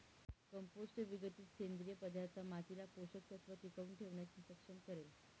compost विघटित सेंद्रिय पदार्थ मातीला पोषक तत्व टिकवून ठेवण्यास सक्षम करेल